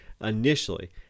initially